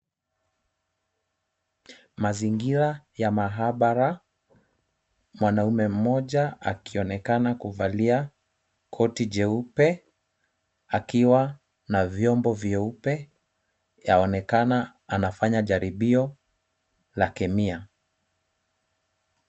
Mazingira ya maabara, mwanaume mmoja akionekana kuvalia koti jeupe akiwa na vyombo vyeupe yaonekana anafanya jaribio la kemia.